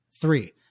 Three